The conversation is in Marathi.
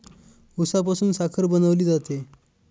उसापासून साखर बनवली जाते